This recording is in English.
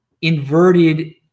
inverted